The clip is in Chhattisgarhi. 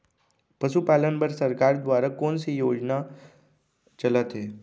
पशुपालन बर सरकार दुवारा कोन स योजना चलत हे?